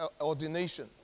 ordination